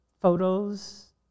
photos